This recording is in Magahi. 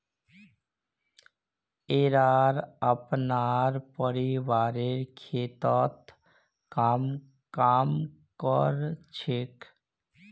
येरा अपनार परिवारेर खेततत् काम कर छेक